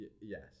Yes